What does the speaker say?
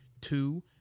two